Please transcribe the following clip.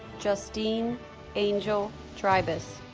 justine angel trybus